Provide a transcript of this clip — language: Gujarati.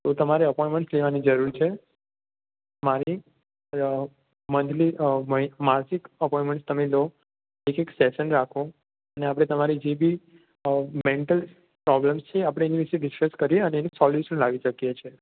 તો તમારે અપોઈમેન્ટ લેવાની જરૂર છે મારી મન્થલી માસિક અપોઈટમેન્ટ તમે લો એક એક સેસન રાખો અને આપણે તમારી જે બી મેન્ટલ પ્રોબ્લમ્સ છે એ આપણે એની વિશે ડીસક્સ કરીએ અને એનું સોલ્યુસન લાવી શકીએ છીએ